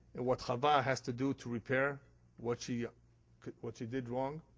and what hava has to do to repair what she what she did wrong.